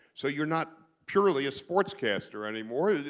so you're not purely a sportscaster anymore.